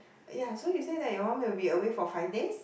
ya so you say that your mum will be away for five days